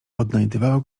odnajdywała